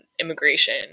immigration